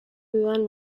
dudan